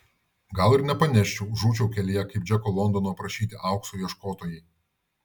gal ir nepaneščiau žūčiau kelyje kaip džeko londono aprašyti aukso ieškotojai